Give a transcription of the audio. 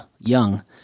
young